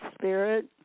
spirit